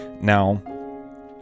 Now